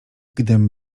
gdym